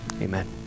Amen